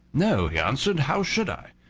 no, he answered, how should i?